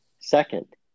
Second